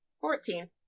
Fourteen